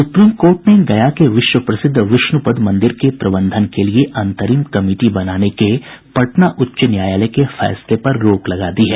supreme court ने गया के विश्व प्रसिद्ध विष्णुपद मंदिर के प्रबंधन के लिए अंतरिम कमिटी बनाने के पटना उच्च न्यायालय के फैसले पर रोक लगा दी है